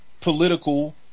political